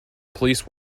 police